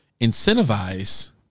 incentivize